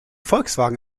volkswagen